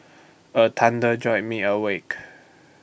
the thunder jolt me awake